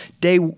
Day